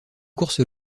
courses